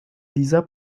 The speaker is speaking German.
dieser